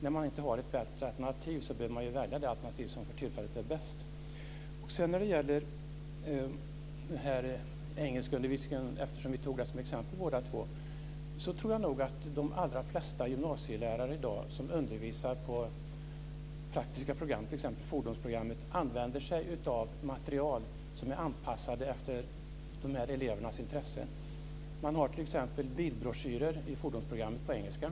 När man inte har ett bättre alternativ bör man välja det alternativ som för tillfället är bäst. När det gäller undervisningen i engelska, som vi båda tog som exempel, tror jag att de allra flesta gymnasielärare som i dag undervisar på praktiska program, t.ex. fordonsprogrammet, använder sig av material som är anpassade efter elevernas intressen. I fordonsprogrammet har man t.ex. bilbroschyrer på engelska.